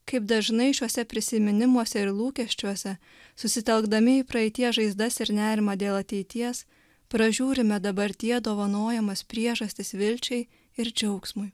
kaip dažnai šiuose prisiminimuose ir lūkesčiuose susitelkdami į praeities žaizdas ir nerimą dėl ateities pražiūrime dabartyje dovanojamas priežastis vilčiai ir džiaugsmui